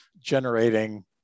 generating